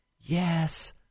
Yes